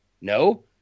no